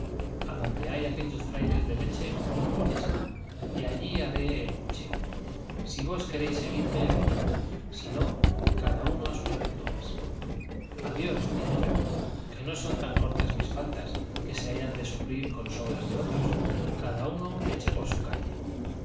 jerónimo adonde hay aquellos frailes de leche como capones y allí haré el buche si vos queréis seguirme venid y si no cada uno a sus aventuras adiós dije yo que no son tan cortas mis faltas que se hayan de suplir con sobras de otros cada uno eche por su calle